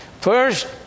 First